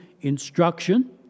instruction